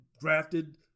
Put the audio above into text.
drafted